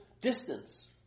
distance